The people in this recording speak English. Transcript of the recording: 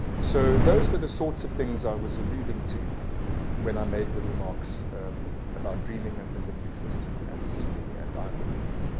so those were the sorts of things i was alluding to when i made the remarks about dreaming and the limbic system, and seeking and eye movements,